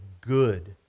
good